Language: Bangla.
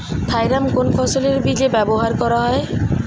থাইরাম কোন ফসলের বীজে ব্যবহার করা হয়?